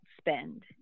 spend